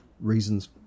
reasons